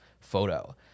photo